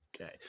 Okay